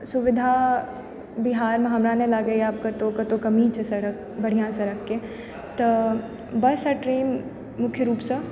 सुविधा बिहारमे हमरा नहि लागैए कतौ कतौ कमी छै सड़क केर बढ़िआँ सड़क केर तऽ बस आओर ट्रेन मुख्य रुपसँ